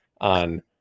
on